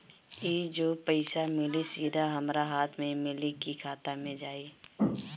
ई जो पइसा मिली सीधा हमरा हाथ में मिली कि खाता में जाई?